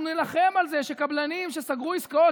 אנחנו נילחם על זה שקבלנים שסגרו עסקאות